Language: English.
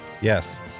Yes